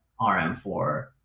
RM4